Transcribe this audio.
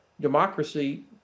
democracy